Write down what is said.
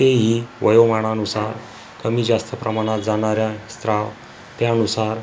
तीही वयोमानानुसार कमी जास्त प्रमाणात जाणाऱ्या स्त्राव त्यानुसार